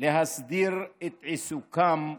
להסדיר את עיסוקם בחוק.